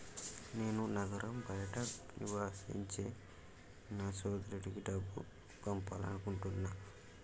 నేను నగరం బయట నివసించే నా సోదరుడికి డబ్బు పంపాలనుకుంటున్నా